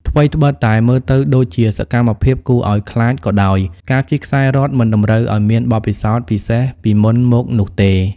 ថ្វីត្បិតតែមើលទៅដូចជាសកម្មភាពគួរឱ្យខ្លាចក៏ដោយ ការជិះខ្សែរ៉កមិនតម្រូវឱ្យមានបទពិសោធន៍ពិសេសពីមុនមកនោះទេ។